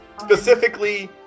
Specifically